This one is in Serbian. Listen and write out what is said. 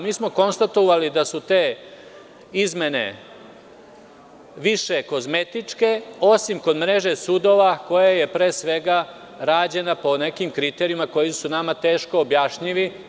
Mi smo konstatovali da su te izmene više kozmetičke, osim kod mreže sudova koja je, pre svega, rađena po nekim kriterijumima koji su nama teško objašnjivi.